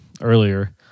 earlier